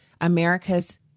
America's